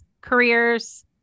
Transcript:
careers